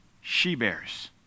She-bears